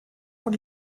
von